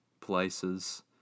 places